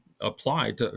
applied